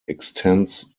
extends